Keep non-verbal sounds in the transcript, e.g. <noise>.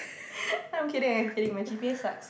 <breath> I'm kidding I'm kidding my g_p_a sucks